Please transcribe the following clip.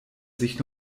sich